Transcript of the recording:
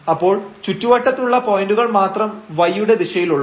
അപ്പോൾ ചുറ്റുവട്ടത്തുള്ള പോയന്റുകൾ മാത്രം y യുടെ ദിശയിൽ ഒള്ളൂ